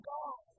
God